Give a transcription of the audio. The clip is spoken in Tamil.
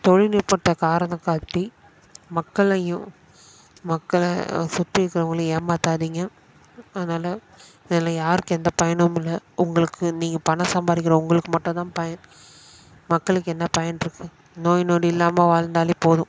தொழில்நுட்பத்தை காரணம் காட்டி மக்களையும் மக்களை சுற்றி இருக்கிறவங்களையும் ஏமாத்தாதீங்க அதனால் இதில் யாருக்கும் எந்த பயனும் இல்லை உங்களுக்கு நீங்கள் பணம் சம்பாதிக்கிற உங்களுக்கு மட்டுந்தான் பயன் மக்களுக்கு என்ன பயன் இருக்குது நோய் நொடி இல்லாமல் வாழ்ந்தாலே போதும்